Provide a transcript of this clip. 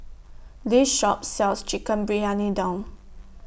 This Shop sells Chicken Briyani Dum